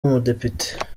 umudepite